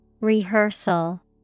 Rehearsal